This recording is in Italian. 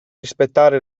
rispettare